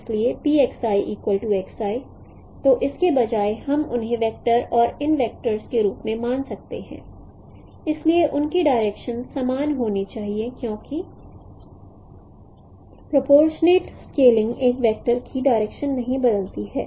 इसलिये तो इसके बजाय हम उन्हें वैक्टर और इन वैक्टर के रूप में मान सकते हैं इसलिए उनकी डायरेक्शंस समान होनी चाहिए क्योंकि प्रोपोर्शनेट स्केलिंग एक वेक्टर की डायरेक्शन नहीं बदलती है